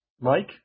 Mike